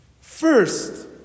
First